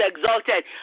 exalted